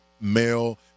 male